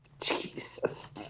Jesus